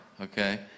Okay